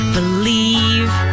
Believe